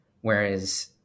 Whereas